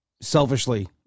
selfishly